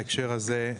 בהקשר הזה,